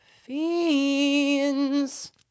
Fiends